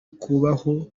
kubaho